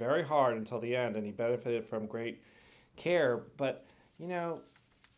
very hard until the end of the benefit from great care but you know